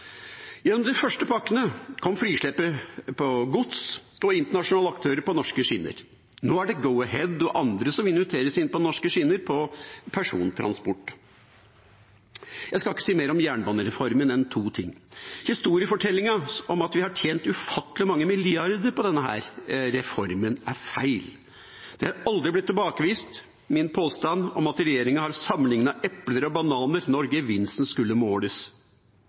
Gjennom de første pakkene kom frislippet på gods og internasjonale aktører på norske skinner. Nå er det Go-Ahead og andre som inviteres inn på norske skinner på persontransport. Jeg skal ikke si mer om jernbanereformen enn to ting: Historiefortellingen om at vi har tjent ufattelig mange milliarder på denne reformen, er feil. Den har aldri blitt tilbakevist, min påstand om at regjeringa har sammenlignet epler og bananer når gevinsten skulle måles.